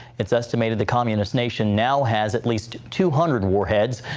it is estimated the communist nation now has at least two hundred warheads.